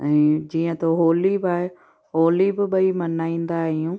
ऐं जीअं त होली बि आहे होली बि भाई मल्हाईंदा आहियूं